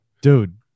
dude